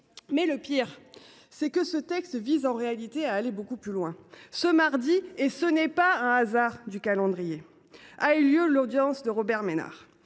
Pis encore, ce texte vise en réalité à aller beaucoup plus loin. Mardi dernier, et ce n’est pas un hasard du calendrier, a eu lieu l’audience de Robert Ménard,